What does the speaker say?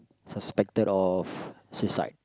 suspected of suicide